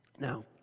Now